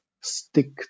stick